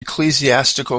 ecclesiastical